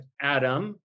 Adam